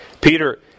Peter